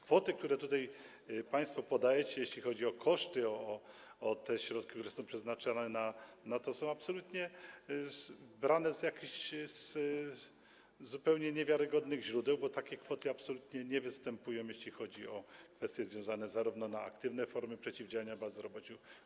Kwoty, które tutaj państwo podajecie, jeśli chodzi o koszty, o te środki, które są przeznaczone, są absolutnie brane z jakichś zupełnie niewiarygodnych źródeł, bo takie kwoty absolutnie nie występują, jeśli chodzi o kwestie związane z aktywnymi formami przeciwdziałania bezrobociu.